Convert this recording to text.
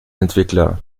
entwickler